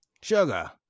Sugar